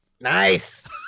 Nice